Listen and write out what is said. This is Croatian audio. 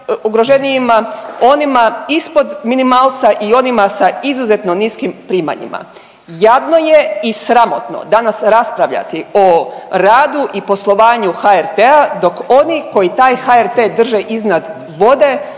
najugroženijima, onima ispod minimalca i onima sa izuzetno niskim primanjima. Jadno je i sramotno danas raspravljati o radu i poslovanju HRT-a dok oni koji taj HRT drže iznad vode